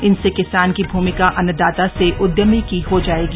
इनसे किसान की भूमिका अन्नदाता से उद्यमी की हो जाएगी